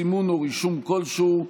סימון או רישום כלשהו,